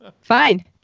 Fine